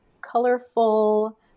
colorful